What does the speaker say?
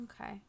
Okay